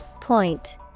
Point